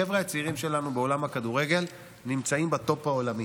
החבר'ה הצעירים שלנו בעולם הכדורגל נמצאים בטופ העולמי.